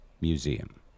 Museum